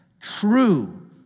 True